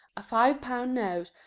a five-pound note,